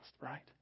right